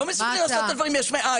לא מסוגלים לעשות את הדברים יש מאין.